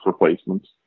replacements